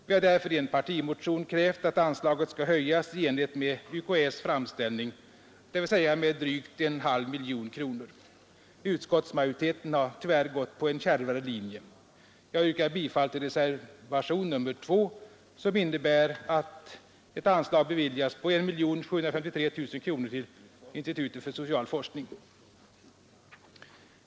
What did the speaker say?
Vi har därför i en partimotion krävt att anslaget skall höjas i enlighet med UKÄ:s framställning, dvs. med drygt 0,5 miljoner kronor. Utskottsmajoriteten har tyvärr gått på en kärvare linje. Jag yrkar bifall till reservationen 2, som innebär att ett anslag beviljas med 1 753 000 kronor till institutet för social forskning.